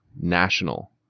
National